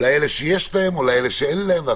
לאלה שאין להם.